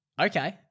Okay